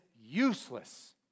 useless